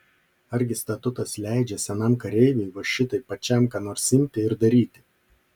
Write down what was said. argi statutas leidžia senam kareiviui va šitaip pačiam ką nors imti ir daryti